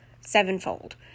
sevenfold